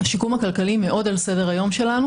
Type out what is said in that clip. השיקום הכלכלי מאוד על סדר היום שלנו